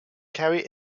carry